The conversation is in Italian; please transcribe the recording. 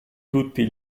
tutti